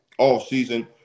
offseason